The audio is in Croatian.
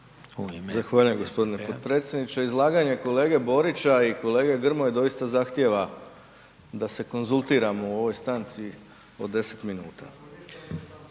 Zahvaljujem g. potpredsjedniče. Izlaganje kolege Borića i kolege Grmoje doista zahtijeva da se konzultiramo u ovoj stanci od 10 minuta.